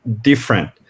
different